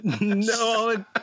No